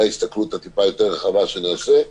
וההסתכלות הטיפה-יותר רחבה שנעשה,